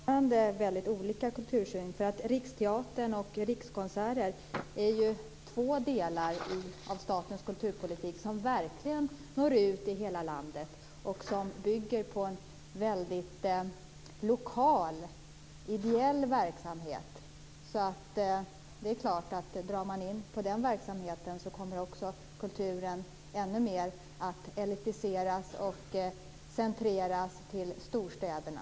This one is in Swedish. Fru talman! Det innebär att vi har väldigt olika kultursyn. Riksteatern och Rikskonserter är två delar av statens kulturpolitik som verkligen når ut i hela landet och som bygger på en mycket lokal ideell verksamhet. Drar man in på den verksamheten kommer kulturen att elitiseras ännu mer och centreras till storstäderna.